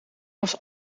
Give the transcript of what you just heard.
was